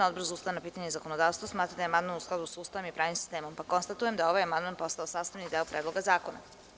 Odbor za ustavna pitanja i zakonodavstva smatra da je amandman u skladu s Ustavom i pravnim sistemom, pa konstatujem da je ovaj amandman postao sastavni deo Predloga zakona.